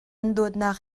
dawtnak